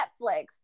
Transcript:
Netflix